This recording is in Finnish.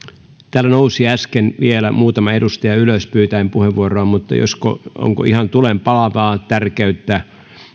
täällä nousi äsken vielä muutama edustaja ylös pyytäen puheenvuoroa mutta onko ihan tulenpalavaa tärkeyttä